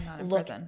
look